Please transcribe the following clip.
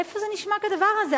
איפה נשמע כדבר הזה?